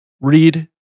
read